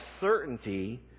certainty